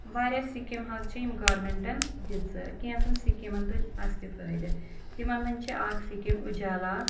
واریاہ سِکیٖم حظ چھِ یِم گورمِنٹَن دِژٕ کیٚنژھن سِکیٖمَن تُلۍ اسہِ تہِ فٲیدٕ تِمَن منٛز چھِ اکھ سِکیٖم اُجالا